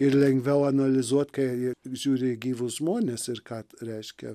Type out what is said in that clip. ir lengviau analizuot kai jie žiūri į gyvus žmones ir ką reiškia